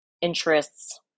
interests